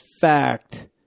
fact